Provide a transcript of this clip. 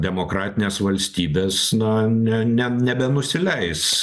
demokratinės valstybės na ne ne nebenusileis